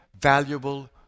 valuable